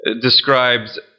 describes